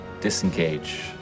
disengage